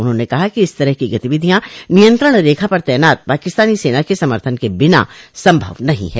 उन्होंने कहा कि इस तरह की गतिविधियां नियंत्रण रेखा पर तैनात पाकिस्तानी सेना के समर्थन के बिना संभव नहीं है